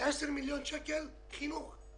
10 מיליון שקל לחינוך.